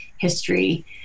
history